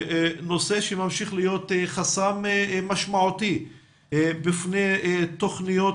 נושא שממשיך להיות חסם משמעותי בפני תוכניות